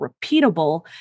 repeatable